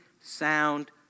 sound